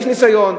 ניסיון.